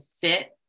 fit